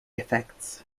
effects